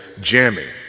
jamming